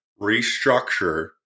restructure